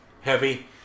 heavy